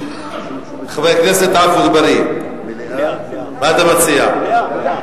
חבר הכנסת עפו אגבאריה, מה אתה מציע?